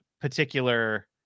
particular